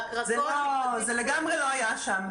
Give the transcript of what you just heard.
זה לגמרי לא היה שם.